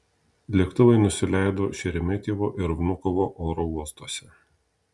lėktuvai nusileido šeremetjevo ir vnukovo oro uostuose